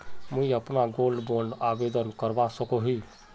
मुई अपना gold bond आवेदन करवा सकोहो ही?